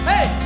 Hey